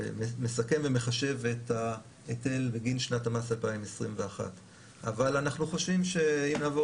שמסכם ומחשב את ההיטל בגין שנת המס 2021. נעבור